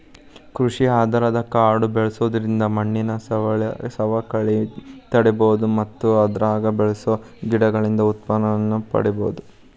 ಕೃಷಿ ಆಧಾರದ ಕಾಡು ಬೆಳ್ಸೋದ್ರಿಂದ ಮಣ್ಣಿನ ಸವಕಳಿ ತಡೇಬೋದು ಮತ್ತ ಅದ್ರಾಗ ಬೆಳಸೋ ಗಿಡಗಳಿಂದ ಉತ್ಪನ್ನನೂ ಪಡೇಬೋದು